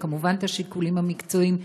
וכמובן את השיקולים המקצועיים.